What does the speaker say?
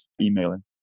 emailing